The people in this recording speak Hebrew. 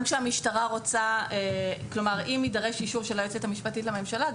אם יידרש אישור של היועצת המשפטית לממשלה,